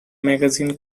magazine